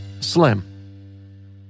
Slim